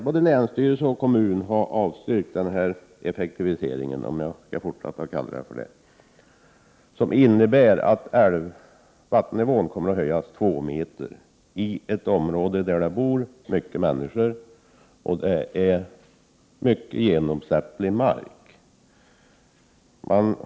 Både länsstyrelsen och kommunen har avstyrkt denna effektivisering, som innebär att vattennivån kommer att höjas två meter i ett område med mycket, genomsläpplig mark och där det bor många människor.